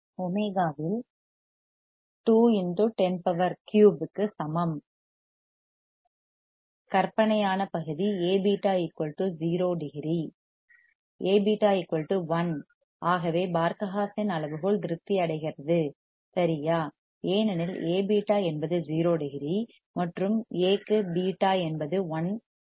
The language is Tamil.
ஒமேகாவில் 2103 க்கு சமம் கற்பனையான பகுதியாக Aβ 0 டிகிரி 0 Aβ 1 ஆகவே பார்க ஹா சென் அளவுகோல் திருப்தி அடைகிறது சரியா ஏனெனில் A β என்பது 0 டிகிரி மற்றும் A க்கு β என்பது 1